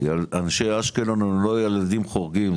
אנשי אשקלון הם לא ילדים חורגים.